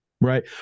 right